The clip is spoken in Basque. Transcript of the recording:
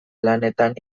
lanetan